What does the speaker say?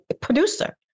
producer